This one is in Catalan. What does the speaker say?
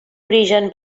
origen